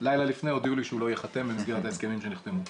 לילה לפני הודיעו לי שהוא לא ייחתם במסגרת ההסכמים שנחתמו.